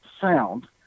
sound